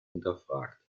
hinterfragt